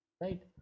Right